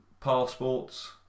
passports